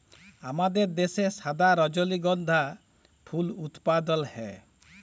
আমাদের দ্যাশে সাদা রজলিগন্ধা ফুল উৎপাদল হ্যয়